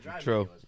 True